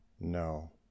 No